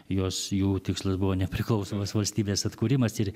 jos jų tikslas buvo nepriklausomos valstybės atkūrimas ir